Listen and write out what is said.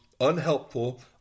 unhelpful